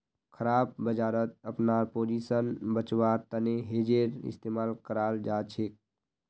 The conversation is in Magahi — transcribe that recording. खराब बजारत अपनार पोजीशन बचव्वार तने हेजेर इस्तमाल कराल जाछेक